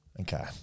okay